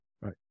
right